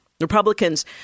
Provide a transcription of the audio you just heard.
Republicans